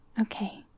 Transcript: Okay